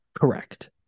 Correct